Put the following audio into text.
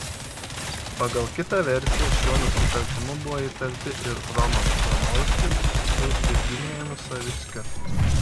pagal kitą versiją šiuo nusikaltimu buvo įtarti ir romas zamolskis su virginijumi savickiu